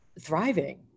thriving